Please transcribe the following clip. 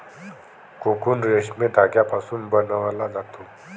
cocoon रेशीम धाग्यापासून बनवला जातो